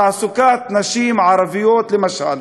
תעסוקת נשים ערביות, למשל.